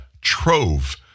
trove